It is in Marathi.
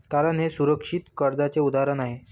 तारण हे सुरक्षित कर्जाचे उदाहरण आहे